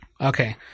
Okay